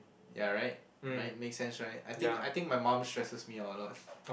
ya right right make sense right I think I think my mum stresses me out a lot